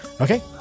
Okay